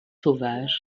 sauvage